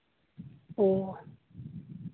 ᱚᱸᱻ